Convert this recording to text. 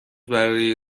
برای